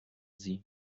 sie